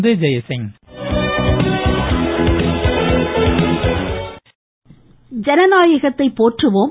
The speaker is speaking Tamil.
வாய்ஸ் ஜெய்சிங் ஜனநாயகத்தை போற்றவோம்